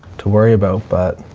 to worry about, but